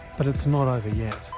but it's not over yet.